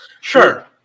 sure